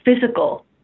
physical